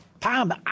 Tom